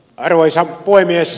arvoisa puhemies